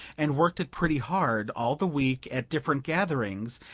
and worked it pretty hard all the week at different gatherings,